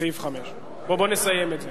לסעיף 5. בואו נסיים את זה.